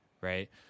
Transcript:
right